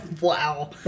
Wow